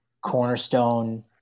cornerstone